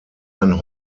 ein